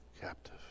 captive